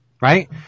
Right